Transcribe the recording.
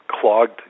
clogged